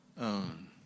own